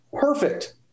Perfect